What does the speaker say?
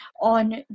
on